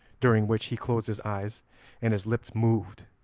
during which he closed his eyes and his lips moved,